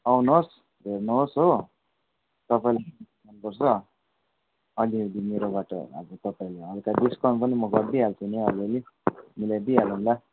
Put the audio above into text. आउनुहोस् हेर्नुहोस् हो तपाईँलाई कुन मनपर्छ अलिअलि मेरोबाट अब तपाईँलाई हलुका डिस्काउन्ट पनि म गरिदिई हाल्छु नि अलिअलि मिलाइदिई हालौँला